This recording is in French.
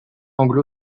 anglo